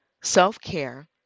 self-care